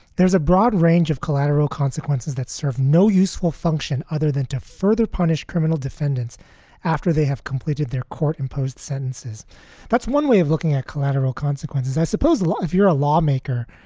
there's a broad range of collateral consequences that serve no useful function other than to further punish criminal defendants after they have completed their court imposed sentences that's one way of looking at collateral consequences, i suppose. if you're a lawmaker,